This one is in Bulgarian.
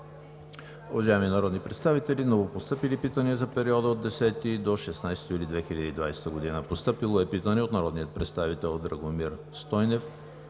Уважаеми народни представители, новопостъпили питания за периода от 10 – 16 юли 2020 г.: Постъпило е питане от народните представители Драгомир Стойнев,